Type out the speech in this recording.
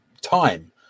time